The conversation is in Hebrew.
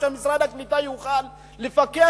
כדי שמשרד הקליטה יוכל לפקח,